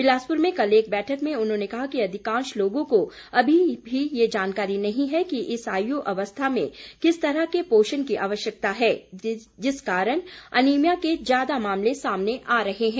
बिलासपुर में कल एक बैठक में उन्होंने कहा कि अधिकांश लोगों को अभी भी ये जानकारी नहीं है कि इस आयु अवस्था में किस तरह के पोषण की आवश्यकता है जिस कारण अनिमिया के ज्यादा मामले सामने आ रहे हैं